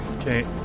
Okay